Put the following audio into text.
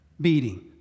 beating